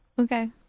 Okay